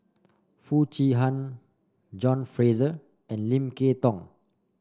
Foo Chee Han John Fraser and Lim Kay Tong